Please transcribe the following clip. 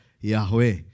Yahweh